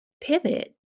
pivot